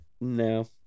No